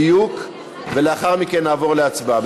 ולאחר מכן נעבור להצבעה.